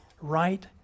right